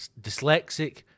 dyslexic